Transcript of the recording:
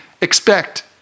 expect